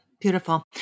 Beautiful